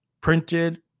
printed